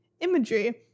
imagery